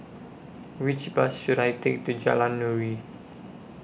Which Bus should I Take to Jalan Nuri